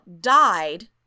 died